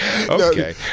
Okay